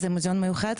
זה מוזיאון מיוחד,